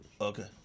Okay